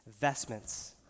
vestments